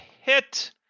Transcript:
hit